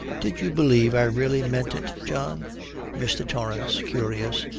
did you believe i really meant it, john mr. torrance, curious,